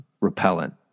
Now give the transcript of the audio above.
repellent